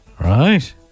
Right